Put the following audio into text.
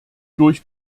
durch